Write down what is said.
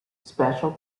special